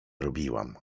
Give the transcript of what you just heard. robiłam